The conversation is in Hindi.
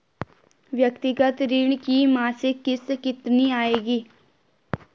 व्यक्तिगत ऋण की मासिक किश्त कितनी आएगी?